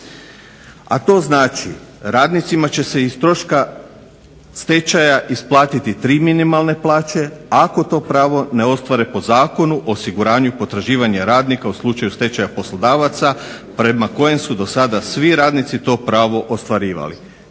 A to znači radnicima će se iz troška stečaja isplatiti tri minimalne plaće, ako to pravo ne ostvare po zakonu osiguranju potraživanja radnika u slučaju stečaja poslodavaca prema kojem su do sada svi radnici to pravo ostvarivali